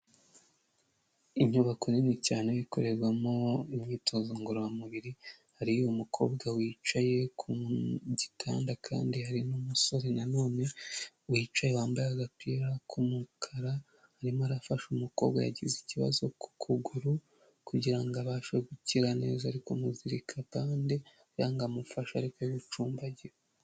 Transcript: Inyubako nini cyane ikorerwamo imyitozo ngororamubiri, hariyo umukobwa wicaye ku gitanda kandi hari n'umusore na none wicaye wambaye agapira k'umukara, arimo arafasha umukobwa yagize ikibazo ku kuguru kugira ngo abashe gukira neza ari kumuzirika bande kugira ngo amufasha arebe ko yacumbagira.